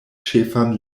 ĉefan